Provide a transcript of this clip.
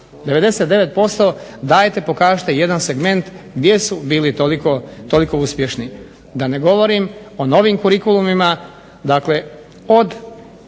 99% dajte pokažite jedan segment gdje su bili toliko uspješni. Da ne govorim o novim curicullumima, dakle od